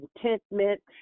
contentment